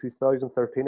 2013